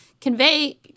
convey